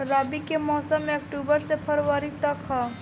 रबी के मौसम अक्टूबर से फ़रवरी तक ह